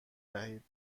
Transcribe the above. دهید